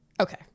Okay